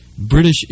British